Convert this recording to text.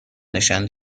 نشان